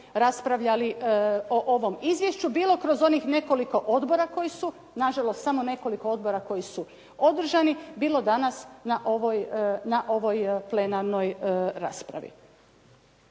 raspravljali o ovom izvješću, bilo kroz onih nekoliko odbora koji su na žalost samo nekoliko odbora koji su održani, bilo danas na ovoj plenarnoj raspravi.